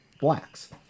Blacks